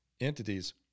entities